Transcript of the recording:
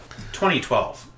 2012